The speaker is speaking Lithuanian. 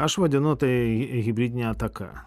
aš vadinu tai hibridine ataka